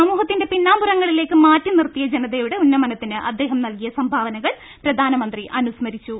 സമൂഹത്തിന്റെ പിന്നാമ്പുറങ്ങളി ലേക്ക് മാറ്റിനിർത്തിയ ജനതയുടെ ഉന്നമനത്തിന് അദ്ദേഹം നൽകിയ സംഭാവനകൾ പ്രധാനമന്ത്രി അനുസ്മരിച്ചു